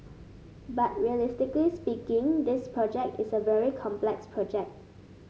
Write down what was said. but realistically speaking this project is a very complex project